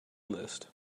list